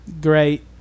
great